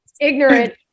ignorant